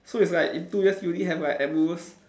so it's like in two years you only have like at most